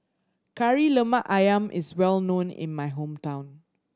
Kari Lemak Ayam is well known in my hometown